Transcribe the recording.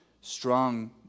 Strong